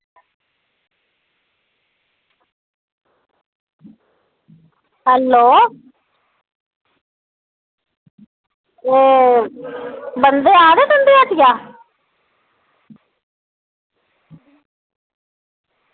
hello ओह् बन्धे आए दे तुंदी हट्टिया